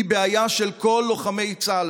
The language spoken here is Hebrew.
היא בעיה של כל לוחמי צה"ל,